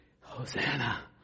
Hosanna